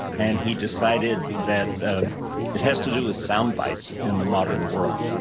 and he decided that it has to do with soundbites in the modern world.